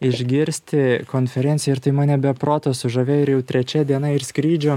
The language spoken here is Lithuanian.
išgirsti konferencijoj ir tai mane be proto sužavėjo ir jau trečia diena ir skrydžio